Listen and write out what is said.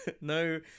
no